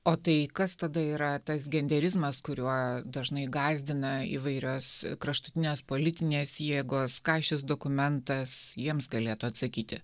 o tai kas tada yra tas genderizmas kuriuo dažnai gąsdina įvairios kraštutinės politinės jėgos ką šis dokumentas jiems galėtų atsakyti